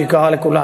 שהיא יקרה לכולנו.